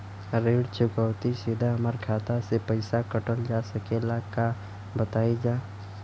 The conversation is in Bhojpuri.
ऋण चुकौती सीधा हमार खाता से पैसा कटल जा सकेला का बताई जा?